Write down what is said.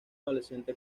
adolescente